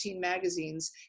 magazines